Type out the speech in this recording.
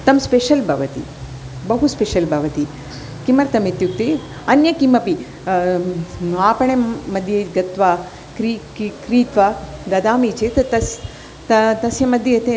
तं स्पेशल् भवति बहु स्पेशल् भवति किमर्थम् इत्युक्ते अन्य किमपि आपणमध्ये गत्वा क्री की क्रीत्वा ददामि चेत् तस् त तस्यमध्ये ते